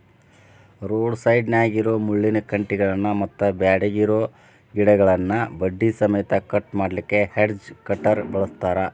road ಸೈಡ್ನ್ಯಾಗಿರೋ ಮುಳ್ಳಿನ ಕಂಟಿಗಳನ್ನ ಮತ್ತ್ ಬ್ಯಾಡಗಿರೋ ಗಿಡಗಳನ್ನ ಬಡ್ಡಿ ಸಮೇತ ಕಟ್ ಮಾಡ್ಲಿಕ್ಕೆ ಹೆಡ್ಜ್ ಕಟರ್ ಬಳಸ್ತಾರ